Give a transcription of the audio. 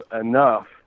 enough